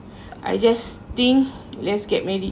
I just think let's get married